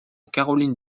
caroline